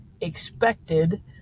expected